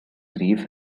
grief